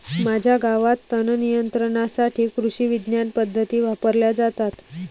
माझ्या गावात तणनियंत्रणासाठी कृषिविज्ञान पद्धती वापरल्या जातात